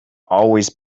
always